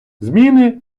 зміни